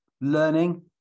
learning